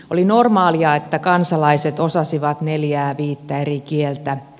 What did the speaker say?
oli normaalia että kansalaiset osasivat neljää viittä eri kieltä